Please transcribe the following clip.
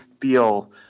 feel